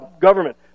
government